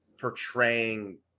portraying